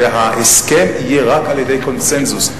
שההסכם יהיה רק על-ידי קונסנזוס,